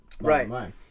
Right